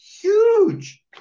huge